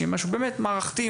שיהיה משהו באמת מערכתי,